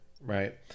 right